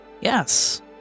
yes